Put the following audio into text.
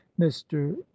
mr